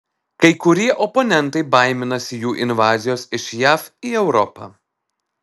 kai kurie oponentai baiminasi jų invazijos iš jav į europą